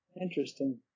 Interesting